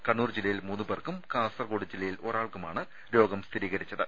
കണ്ണൂർ ജില്ലയിൽ മൂന്ന് പേർക്കും കാസർകോട് ജില്ലയിൽ ഒരാൾക്കുമാണ് രോഗം സ്ഥിരീകരിച്ചത്